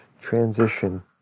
transition